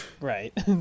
Right